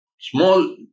small